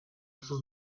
sus